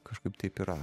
kažkaip taip yra